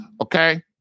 Okay